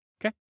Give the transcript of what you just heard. Okay